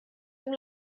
dem